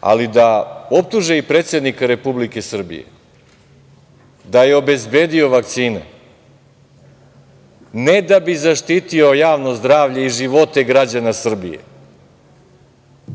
ali da optuže predsednika Republike Srbije da je obezbedio vakcine ne da bi zaštito javno zdravlje i živote građana Srbije,